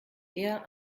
eher